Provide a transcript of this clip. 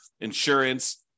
insurance